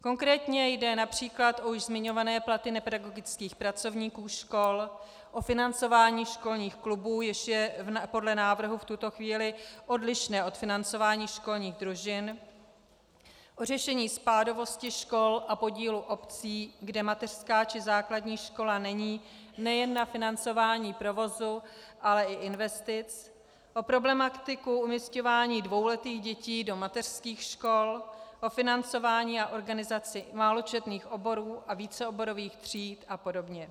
Konkrétně jde například o už zmiňované platy nepedagogických pracovníků škol, o financování školních klubů, jež je podle návrhu v tuto chvíli odlišné od financování školních družin, o řešení spádovosti škol a podílu obcí, kde mateřská či základní škola není, nejen na financování provozu, ale i investic, o problematiku umisťování dvouletých dětí do mateřských škol, o financování a organizaci máločetných oborů a víceoborových tříd a podobně.